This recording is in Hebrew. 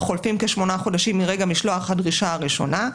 חולפים כשמונה חודשים מרגע משלוח הדרישה הראשונה.